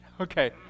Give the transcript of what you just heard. Okay